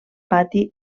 pati